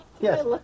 Yes